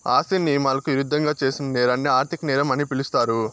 ఆస్తిని నియమాలకు ఇరుద్దంగా చేసిన నేరాన్ని ఆర్థిక నేరం అని పిలుస్తారు